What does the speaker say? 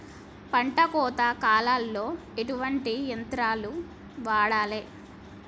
పంట కోత కాలాల్లో ఎట్లాంటి యంత్రాలు వాడాలే?